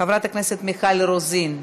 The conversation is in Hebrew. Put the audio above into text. חברת הכנסת מיכל רוזין?